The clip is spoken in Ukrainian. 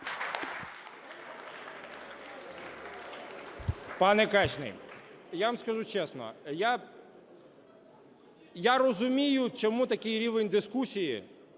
Пане Качний, я вам скажу чесно, я розумію, чому такий рівень дискусії